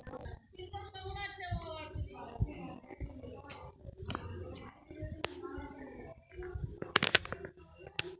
బావుల ద్వారా నీటి పారుదల వ్యవస్థ ఎట్లా చేత్తరు?